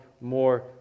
more